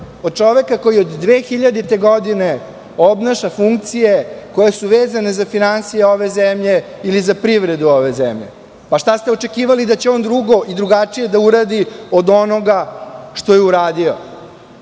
od čoveka koji od 2000. godine obnaša funkcije koje su vezane za finansije ove zemlje ili za privredu ove zemlje. Šta ste očekivali da će on drugo i drugačije da uradi od onoga što je uradio?